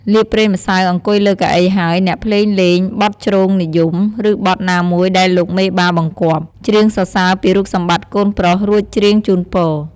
លាបប្រេងម្សៅអង្គុយលើកៅអីហើយ អ្នកភ្លេងលេង បទជ្រងនិយម ឬបទណាមួយដែលលោកមេបាបង្គាប់។ ច្រៀងសរសើរពីរូបសម្បត្តិ កូនប្រុស រួចច្រៀងជូនពរ ។